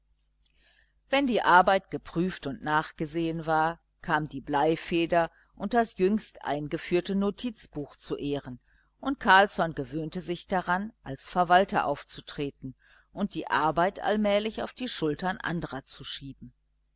wenn die arbeit geprüft und nachgesehen wurde kam die bleifeder und das jüngst eingeführte notizbuch zu ehren und carlsson gewöhnte sich daran als verwalter aufzutreten und die arbeit allmählich auf die schultern andrer zu schieben